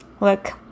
Look